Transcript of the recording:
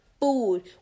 food